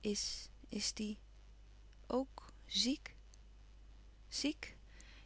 is is die ook ziek ziek